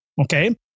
okay